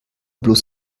bloß